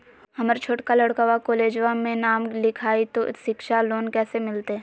हमर छोटका लड़कवा कोलेजवा मे नाम लिखाई, तो सिच्छा लोन कैसे मिलते?